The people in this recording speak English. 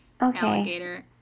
alligator